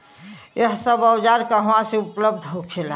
यह सब औजार कहवा से उपलब्ध होखेला?